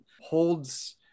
holds